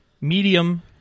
Medium